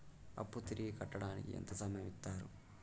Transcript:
అప్పు తిరిగి కట్టడానికి ఎంత సమయం ఇత్తరు?